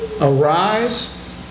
Arise